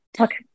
Okay